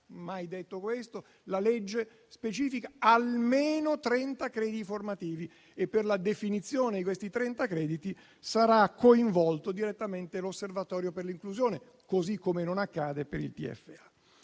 mai detto questo. La legge specifica almeno 30 crediti formativi. Per la definizione di questi 30 crediti sarà coinvolto direttamente l'Osservatorio per l'inclusione, così come non accade per il TFA.